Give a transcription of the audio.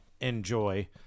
enjoy